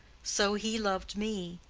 so he loved me.